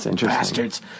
bastards